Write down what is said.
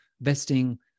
vesting